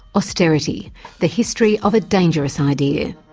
austerity the history of a dangerous idea.